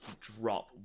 drop